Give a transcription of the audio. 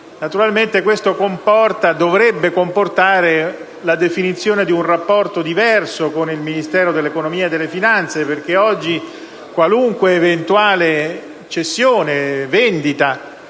Naturalmente questo comporta, o dovrebbe comportare, la definizione di un rapporto diverso con il Ministero dell'economia e delle finanze, perché oggi, qualunque eventuale cessione, vendita,